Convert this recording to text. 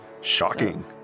Shocking